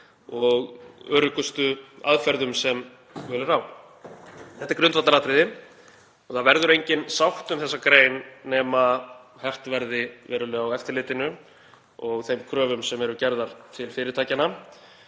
og öruggustu aðferðum sem völ er á. Þetta er grundvallaratriði og það verður engin sátt um þessa grein nema hert verði verulega á eftirlitinu og þeim kröfum sem eru gerðar til fyrirtækjanna.